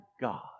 God